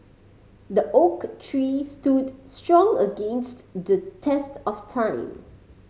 the oak tree stood strong against the test of time